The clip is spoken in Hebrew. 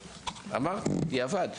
אמרתי, בדיעבד.